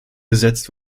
gesetzt